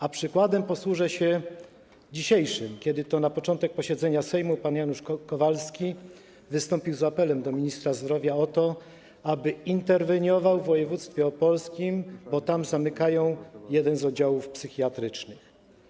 A posłużę się dzisiejszym przykładem, kiedy to na początku posiedzenia Sejmu pan poseł Janusz Kowalski wystąpił z apelem do ministra zdrowia o to, aby interweniował w województwie opolskim, bo tam zamykają jeden z oddziałów psychiatrycznych.